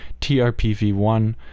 TRPV1